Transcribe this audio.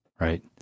right